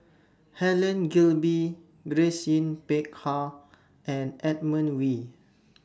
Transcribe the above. Helen Gilbey Grace Yin Peck Ha and Edmund Wee